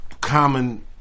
common